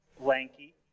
lanky